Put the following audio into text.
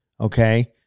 okay